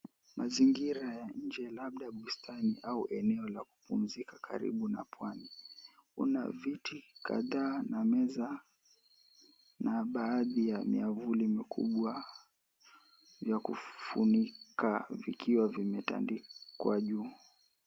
Mazingira ya nje labda bustani au eneo la kupumzika karibu na pwani kuna viti kadhaa na meza na baadhi ya miavuli mikubwa ya kufunika vikiwa vimetandikwa juu.